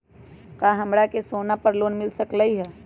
का हमरा के सोना पर लोन मिल सकलई ह?